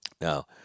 Now